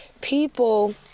people